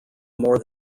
more